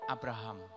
Abraham